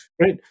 right